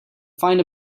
find